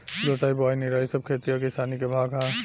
जोताई बोआई निराई सब खेती आ किसानी के भाग हा